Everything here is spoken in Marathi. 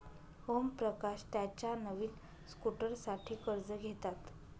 ओमप्रकाश त्याच्या नवीन स्कूटरसाठी कर्ज घेतात